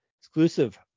Exclusive